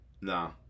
Nah